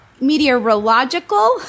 meteorological